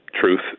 truth